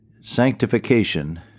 Sanctification